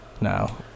No